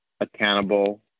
accountable